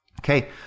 Okay